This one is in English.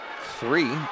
three